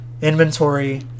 inventory